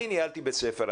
אני ניהלתי בית ספר,